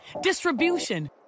distribution